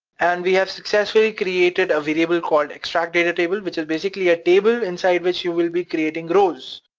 and we have successfully created a variable called extract data table which is basically a table, inside which you will be creating rows,